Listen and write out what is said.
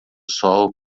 sol